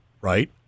right